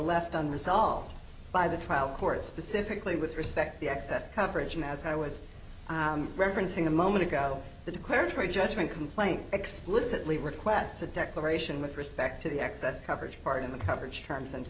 left unresolved by the trial court specifically with respect the access coverage and as i was referencing a moment ago the declaratory judgment complaint explicitly requests a declaration with respect to the access coverage part of the coverage terms and